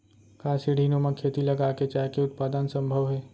का सीढ़ीनुमा खेती लगा के चाय के उत्पादन सम्भव हे?